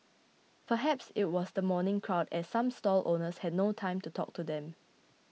perhaps it was the morning crowd as some stall owners had no time to talk to them